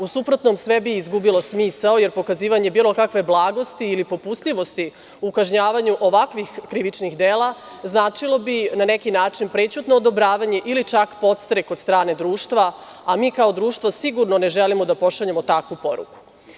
U suprotnom sve bi izgubilo smisao jer pokazivanje bilo kakve blagosti ili popustljivosti u kažnjavanju ovakvih krivičnih dela značilo bi na neki način prećutno odobravanje ili čak podstrek od strane društva, a mi kao društvo sigurno ne želimo da pošaljemo takvu poruku.